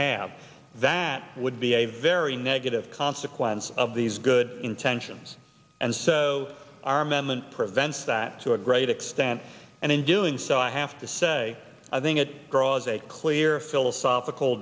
have that would be a very negative consequence of these good intentions and so are men and prevents that to a great extent and in doing so i have to say i think it draws a clear philosophical